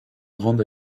grande